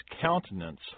countenance